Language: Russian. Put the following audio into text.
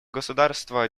государства